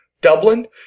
Dublin